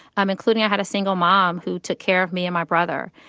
um including i had a single mom who took care of me and my brother.